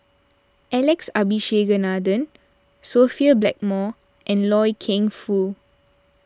Alex Abisheganaden Sophia Blackmore and Loy Keng Foo